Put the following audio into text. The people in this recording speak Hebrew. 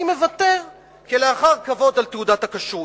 אני מוותר כלאחר כבוד על תעודת הכשרות.